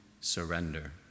surrender